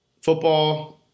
football